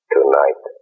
Tonight